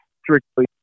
strictly